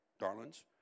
darlings